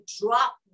drop